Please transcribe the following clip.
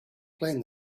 flame